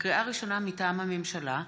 לקריאה ראשונה, מטעם הממשלה: